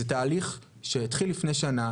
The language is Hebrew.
זה תהליך שהתחיל לפני שנה,